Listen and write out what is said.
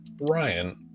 Ryan